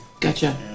Gotcha